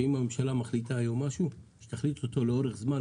שאם הממשלה מחליטה היום משהו אז שתחליט אותו לאורך זמן,